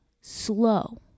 Slow